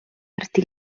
arti